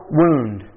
wound